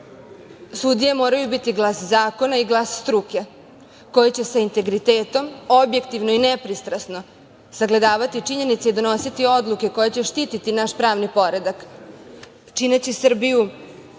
vrše. Sudije moraju biti glas zakona i glas struke, koji će sa integritetom, objektivno i nepristrasno sagledavati činjenice i donositi odluke koje će štititi naš pravni poredak, čineći Srbiju